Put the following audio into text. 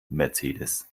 mercedes